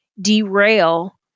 derail